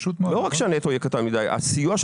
לא רק שהנטו יהיה קטן יותר אלא הסיוע של